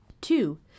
Two